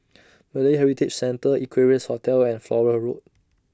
Malay Heritage Centre Equarius Hotel and Flora Road